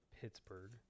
Pittsburgh